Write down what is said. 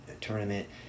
tournament